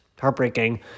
heartbreaking